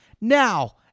now